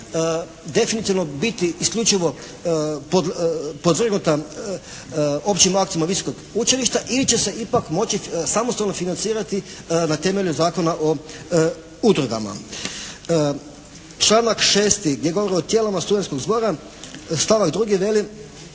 definitivno biti isključivo …/Govornik se ne razumije./… općim aktima visokog učilišta ili će se ipak moći samostalno financirati na temelju Zakona o udrugama. Članak 6. gdje govori o tijelima studentskog zbora, stavak 2. veli